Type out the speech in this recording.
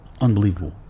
Unbelievable